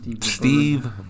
Steve